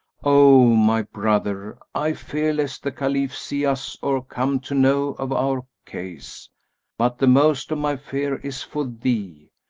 o my brother, i fear lest the caliph see us or come to know of our case but the most of my fear is for thee.